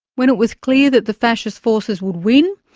when it was clear that the fascist forces would win,